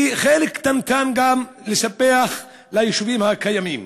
וחלק קטנטן גם לספח ליישובים הקיימים.